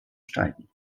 steigen